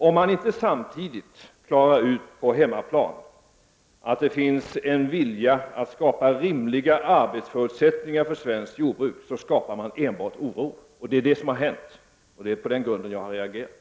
Om man inte samtidigt med det som i övrigt sker på hemmaplan gör klart att det finns en vilja att skapa rimliga förutsättningar för svenskt jordbruk, då skapar man enbart oro. Detta är vad som har hänt, och det är på grund därav som jag har reagerat.